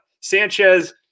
Sanchez